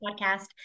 Podcast